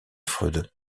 freud